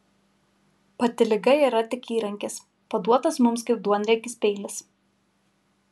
pati liga yra tik įrankis paduotas mums kaip duonriekis peilis